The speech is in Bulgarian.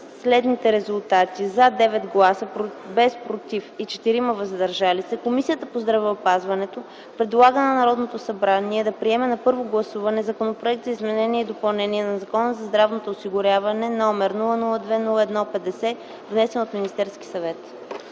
следните резултати: „за” – 9 гласа, без „против” и 4 – „въздържали се”, Комисията по здравеопазването предлага на Народното събрание да приеме на първо гласуване Законопроект за изменение и допълнение на Закона за здравното осигуряване, № 002 01-50, внесен от Министерски съвет